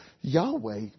yahweh